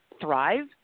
thrive